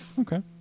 Okay